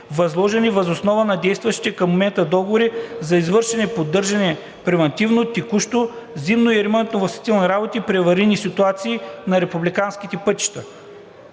възложени въз основа на действащите към момента договори за извършване на поддържане (превантивно, текущо, зимно и ремонтно-възстановителни работи при аварийни ситуации) на републикански пътища.